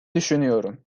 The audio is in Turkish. düşünüyorum